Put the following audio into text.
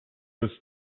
just